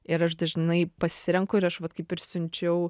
ir aš dažnai pasirenku ir aš vat kaip ir siunčiau